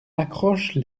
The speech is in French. accroche